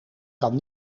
kan